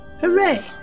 Hooray